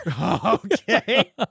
Okay